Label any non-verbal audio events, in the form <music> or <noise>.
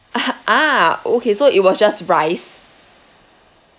<laughs> ah okay so it was just rice